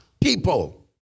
people